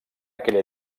aquell